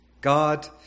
God